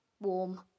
warm